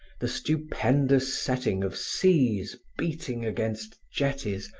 the stupendous setting of seas beating against jetties,